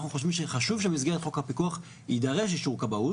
אנחנו חושבים שחשוב שבמסגרת חוק הפיקוח יידרש אישור כבאות.